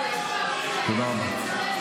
תודה רבה.